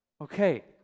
Okay